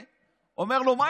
הוא אומר לו: שלי.